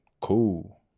cool